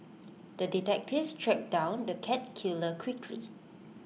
the detective tracked down the cat killer quickly